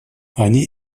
они